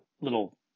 little